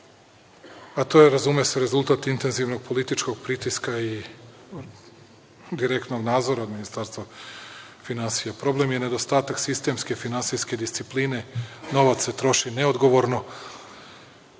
a to je razume se, rezultat intenzivnog političkog pritiska i direktnog nadzora Ministarstva finansija. Problem je nedostatak sistemske finansijske discipline, novac se troši neodgovorno,